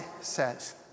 says